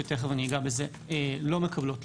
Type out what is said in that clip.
תכף אני אגע בזה לא מקבלות תלושים,